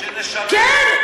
כן.